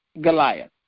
Goliath